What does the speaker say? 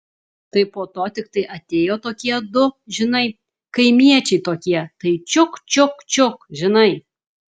tai po to tiktai atėjo tokie du žinai kaimiečiai tokie tai čiuk čiuk čiuk žinai